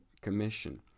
commission